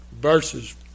verses